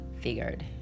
figured